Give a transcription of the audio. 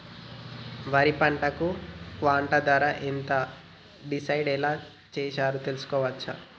వరి పంటకు క్వింటా ధర ఎంత డిసైడ్ ఎలా చేశారు తెలుసుకోవచ్చా?